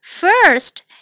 first